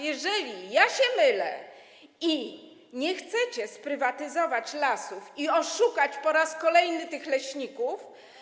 Jeżeli się mylę i nie chcecie sprywatyzować lasów i oszukać po raz kolejny leśników.